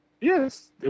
Yes